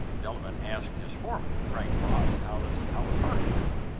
delavin asked his foreman, frank's boss, how this how was harkin doing?